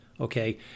okay